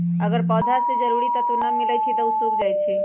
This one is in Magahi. अगर पौधा स के जरूरी तत्व न मिलई छई त उ सूख जाई छई